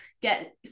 get